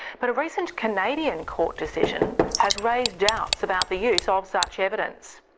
but a recent canadian court decision has raised doubts about the use ah of such evidence.